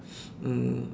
mm